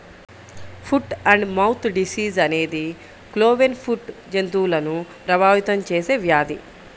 foot and mouth disease అనేది cloven foot జంతువులను ప్రభావితం చేసే వ్యాధి